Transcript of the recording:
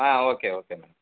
ah okay okay ma'am